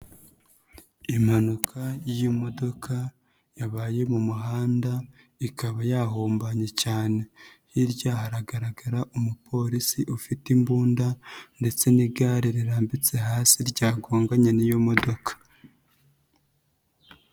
Impanuka y'imodoka yabaye mu muhanda, ikaba yahombanye cyane. Hirya haragaragara umupolisi ufite imbunda ndetse n'igare rirambitse hasi ryagonganye n'iyo modoka.